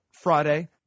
Friday